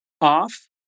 off